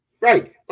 Right